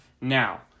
Now